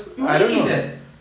you only need that